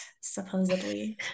supposedly